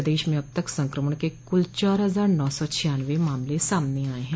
प्रदेश मे अब तक संकमण के कुल चार हजार नौ सौ छियानवे मामले सामने आये है